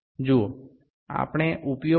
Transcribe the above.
এটির বাহ্যিক ব্যাস কত